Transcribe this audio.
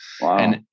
Wow